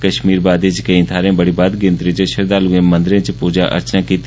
कष्मीर वादी चें केई थाहरें बड़ी बद्द गिनत्री च श्रद्धालुएं मंदरे च पूजा अर्चना कीती